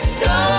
go